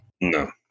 no